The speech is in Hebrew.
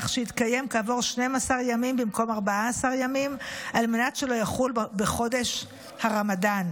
כך שיתקיים כעבור 12 ימים במקום 14 ימים על מנת שלא יחול בחודש הרמדאן.